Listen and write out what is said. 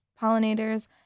pollinators